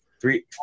three